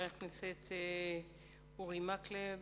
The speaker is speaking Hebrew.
חבר הכנסת אורי מקלב.